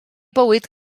bywyd